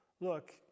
look